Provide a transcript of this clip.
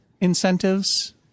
incentives